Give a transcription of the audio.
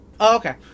okay